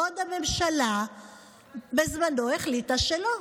בעוד הממשלה בזמנו החליטה שלא.